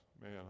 man